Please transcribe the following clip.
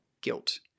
guilt